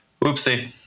oopsie